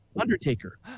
Undertaker